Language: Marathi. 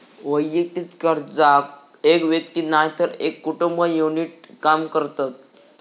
वैयक्तिक कर्जात एक व्यक्ती नायतर एक कुटुंब युनिट रूपात काम करतत